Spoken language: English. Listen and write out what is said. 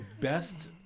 best